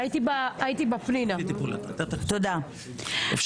רגע, לא